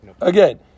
again